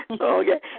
Okay